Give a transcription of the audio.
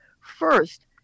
first